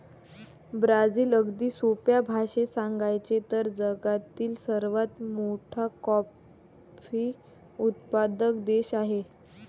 Brazil, अगदी सोप्या भाषेत सांगायचे तर, जगातील सर्वात मोठा कॉफी उत्पादक देश आहे